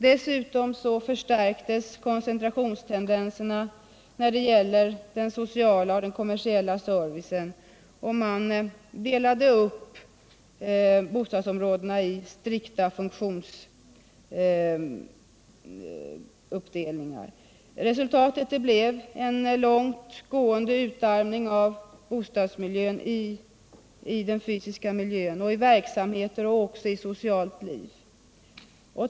Dessutom förstärktes koncentrationstendenserna vad gäller den sociala och kommersiella servicen och tendenserna till en strikt funktionsuppdelning. Resultatet blev en långt gående utarmning av bostadsmiljön både när det gäller den fysiska miljön och när det gäller verksamheter och socialt liv.